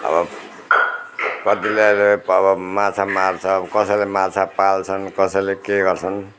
अबो कतिले अबो माछा मार्छ कसैले माछा पाल्छन् कसैले के गर्छन्